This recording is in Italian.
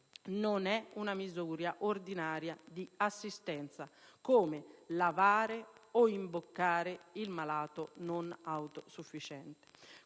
non è una misura ordinaria di assistenza, come lavare o imboccare il malato non autosufficiente.